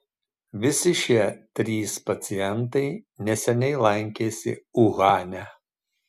visi šie trys pacientai neseniai lankėsi uhane